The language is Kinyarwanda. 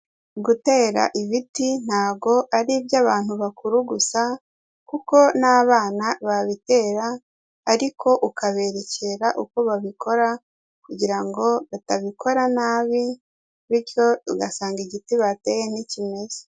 Gutera ibiti ntago ari iby'abantu bakuru gusa kuko n'abana babitera, ariko ukabererekera uko babikora kugira ngo batabikora nabi, bityo ugasanga igiti bateye ntikimeze.